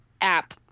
app